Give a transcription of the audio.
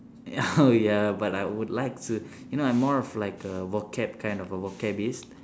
ya oh ya but I would like to you know I'm more of like err vocab kind of a